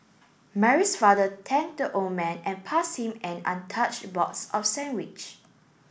Mary's father thanked the old man and passed him an untouched box of sandwich